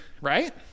right